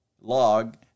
log